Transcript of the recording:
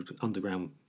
underground